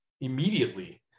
immediately